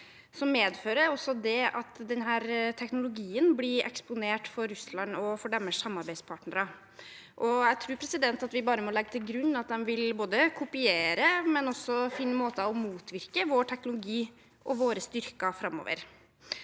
medfører det at denne teknologien blir eksponert for Russland og for deres samarbeidspartnere. Jeg tror at vi bare må legge til grunn at de vil både kopiere og finne måter for å motvirke vår teknologi og våre styrker framover.